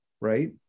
right